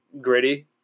gritty